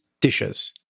dishes